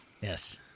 Yes